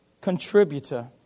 contributor